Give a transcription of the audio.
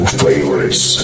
favorites